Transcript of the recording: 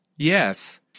Yes